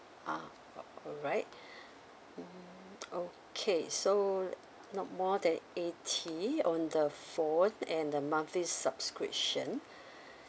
ah alright hmm okay so not more than eighty on the phone and the monthly subscription